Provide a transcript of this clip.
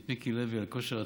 את מיקי לוי על כושר ההתמדה.